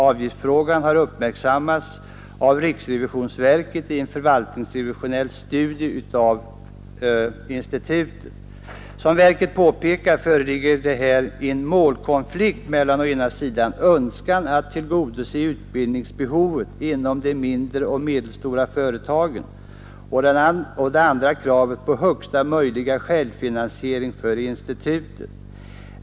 Avgiftsfrågan har uppmärksammats av riksrevisionsverket i en förvaltningsrevisionell studie av institutet. Som verket påpekar föreligger det här en målkonflikt mellan å ena sidan önskan att tillgodose utbildningsbehovet inom de mindre och medelstora företagen och å den andra kravet på högsta möjliga självfinansiering för institutet.